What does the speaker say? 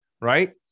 right